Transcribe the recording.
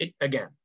again